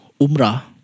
Umrah